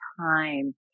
time